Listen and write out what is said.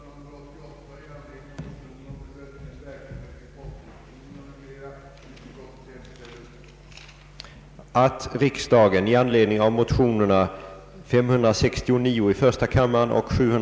punkter bedöma trafikpolitikens fortsatta utformning;